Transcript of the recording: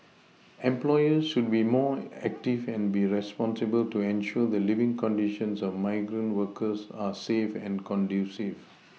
employers should be more active and be responsible to ensure the living conditions of migrant workers are safe and conducive